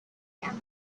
and